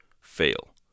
fail